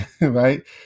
right